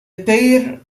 pair